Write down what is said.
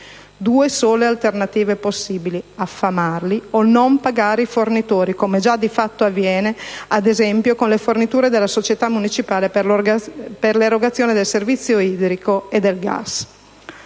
due sole alternative possibili: affamarli o non pagare i fornitori, come già di fatto avviene ad esempio con le forniture della società municipale per l'erogazione del servizio idrico e delle